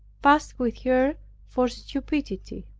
passed with her for stupidity.